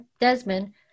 Desmond